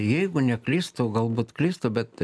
jeigu neklystu galbūt klystu bet